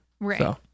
Right